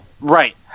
right